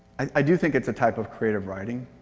i do think it's a type of creative writing.